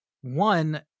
one